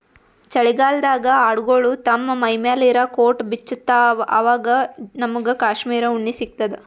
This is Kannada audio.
ಚಳಿಗಾಲ್ಡಾಗ್ ಆಡ್ಗೊಳು ತಮ್ಮ್ ಮೈಮ್ಯಾಲ್ ಇರಾ ಕೋಟ್ ಬಿಚ್ಚತ್ತ್ವಆವಾಗ್ ನಮ್ಮಗ್ ಕಾಶ್ಮೀರ್ ಉಣ್ಣಿ ಸಿಗ್ತದ